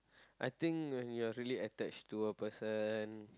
I think when you are really attached to a person